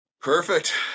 Perfect